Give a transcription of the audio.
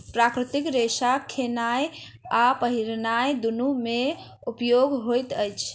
प्राकृतिक रेशा खेनाय आ पहिरनाय दुनू मे उपयोग होइत अछि